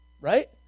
right